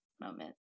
moment